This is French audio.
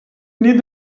nait